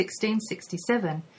1667